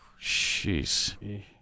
Jeez